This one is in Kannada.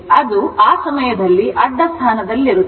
ಅದು ಆ ಸಮಯದಲ್ಲಿ ಅಡ್ಡ ಸ್ಥಾನದಲ್ಲಿರುತ್ತದೆ